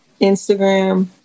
Instagram